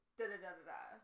Da-da-da-da-da